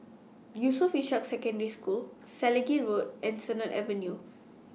Yusof Ishak Secondary School Selegie Road and Sennett Avenue